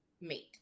mate